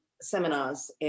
seminars